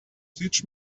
teach